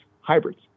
hybrids